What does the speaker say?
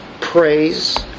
praise